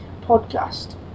podcast